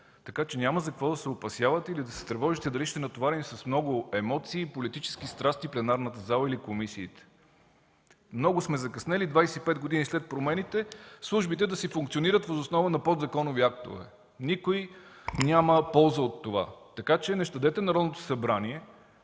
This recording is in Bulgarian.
така че няма за какво да се опасявате или да се тревожите, дали ще натоварим с много емоции и политически страсти пленарната зала или комисиите. Много сме закъснели – 25 години след промените службите да си функционират въз основа на подзаконови актове. Никой няма полза от това! Така че не щадете Народното събрание,